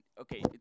okay